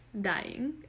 dying